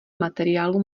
materiálů